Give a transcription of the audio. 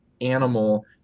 animal